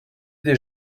des